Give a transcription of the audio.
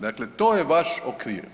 Dakle, to je vaš okvir.